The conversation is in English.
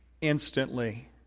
instantly